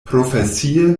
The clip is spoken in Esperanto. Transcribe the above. profesie